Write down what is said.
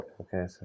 okay